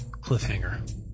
cliffhanger